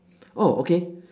oh okay